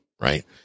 right